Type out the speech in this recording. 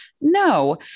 No